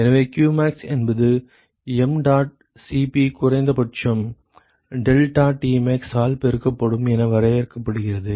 எனவே qmax என்பது mdot Cp குறைந்தபட்சம் deltaTmax ஆல் பெருக்கப்படும் என வரையறுக்கப்படுகிறது